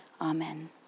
Amen